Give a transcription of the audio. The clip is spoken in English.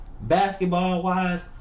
basketball-wise